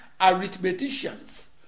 arithmeticians